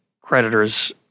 creditors